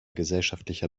gesellschaftlicher